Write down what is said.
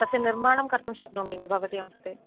तस्य निर्माणं कर्तुं शक्नोमि वा भवत्याः कृते